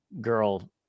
girl